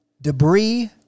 debris